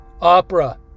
opera